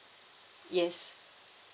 yes